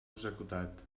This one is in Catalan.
executat